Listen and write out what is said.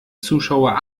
zuschauer